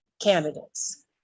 candidates